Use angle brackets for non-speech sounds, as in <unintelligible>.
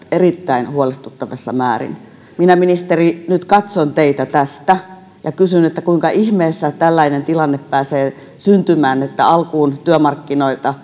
erittäin huolestuttavassa määrin minä ministeri nyt katson teitä tästä ja kysyn kuinka ihmeessä tällainen tilanne pääsee syntymään että alkuun työmarkkinoita <unintelligible>